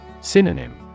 Synonym